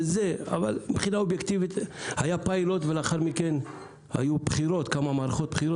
אבל אובייקטיבית היו פילוט ולאחר מכן היו כמה מערכות בחירות